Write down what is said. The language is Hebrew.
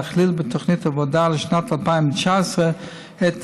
להכליל בתוכנית העבודה לשנת 2019 את